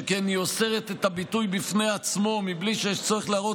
שכן היא אוסרת את הביטוי בפני עצמו בלי שיש צורך להראות